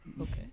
Okay